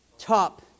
top